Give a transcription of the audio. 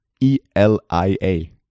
E-L-I-A